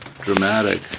dramatic